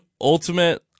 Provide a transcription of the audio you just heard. ultimate